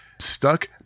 stuck